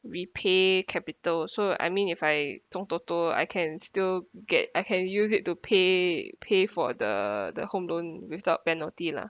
repay capital so I mean if I zhong toto I can still get I can use it to pay pay for the the home loan without penalty la